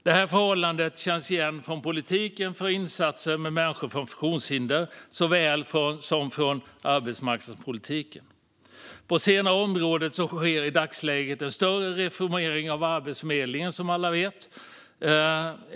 Detta förhållande känns igen från politiken när det gäller insatser för människor med funktionshinder såväl som från arbetsmarknadspolitiken. På det senare området sker i dagsläget en större reformering av Arbetsförmedlingen, som alla vet.